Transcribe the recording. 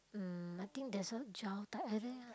um I think there's a gel type I think